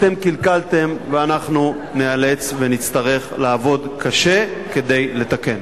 אתם קלקלתם ואנחנו ניאלץ ונצטרך לעבוד קשה כדי לתקן.